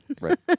Right